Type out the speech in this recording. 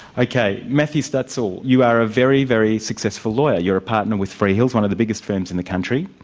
ok, matthew stutsel, you are a very, very successful lawyer. you're a partner with freehills, one of the biggest firms in the country.